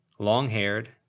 Long-haired